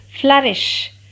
flourish